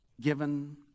given